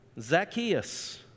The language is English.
Zacchaeus